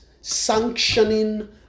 sanctioning